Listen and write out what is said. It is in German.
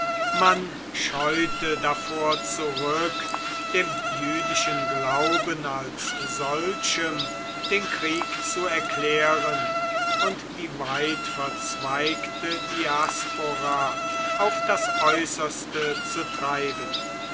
man scheute davor zurück dem jüdischen glauben als solchem den krieg zu erklären und die weitverzweigte diaspora auf das äußerste zu treiben